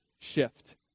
shift